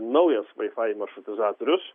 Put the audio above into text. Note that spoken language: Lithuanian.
naujas vaifai maršrutizatorius